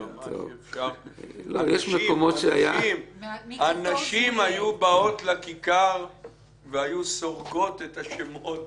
יש מקומות שהיה ------ הנשים היו באות לכיכר והיו סורגות את השמות